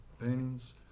paintings